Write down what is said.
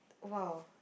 !wow!